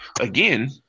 Again